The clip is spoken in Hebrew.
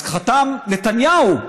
אז חתם נתניהו,